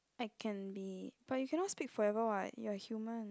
I can be but you cannot speak forever what you're human